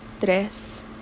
tres